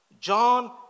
John